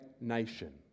nation